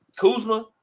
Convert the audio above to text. Kuzma